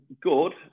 good